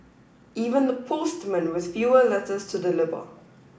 even the postmen with fewer letters to deliver